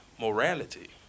morality